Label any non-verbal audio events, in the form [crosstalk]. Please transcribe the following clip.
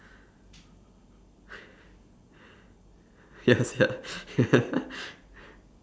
yes ya [laughs]